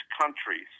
countries